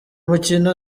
mukino